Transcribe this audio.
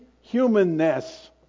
humanness